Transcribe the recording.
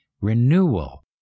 renewal